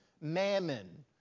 mammon